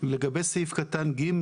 לגבי סעיף קטן (ג)